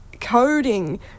coding